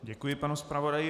Děkuji panu zpravodaji.